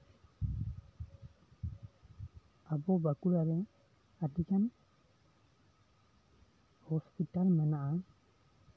ᱟᱵᱚ ᱵᱟᱸᱠᱩᱲᱟᱨᱮ ᱟᱹᱰᱤᱜᱟᱱ ᱦᱚᱥᱯᱤᱴᱟᱞ ᱢᱮᱱᱟᱜᱼᱟ